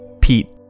Pete